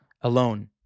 alone